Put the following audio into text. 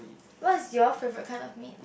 what is your favorite kind of meat